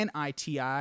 NITI